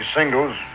singles